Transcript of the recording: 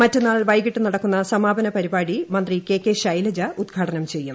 മറ്റന്നാൾ വൈകിട്ട് നടക്കുന്ന സമാപന പരിപാടി മന്ത്രി കെ കെ ഷൈലജ ഉദ്ഘാടനം ചെയ്യും